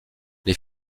les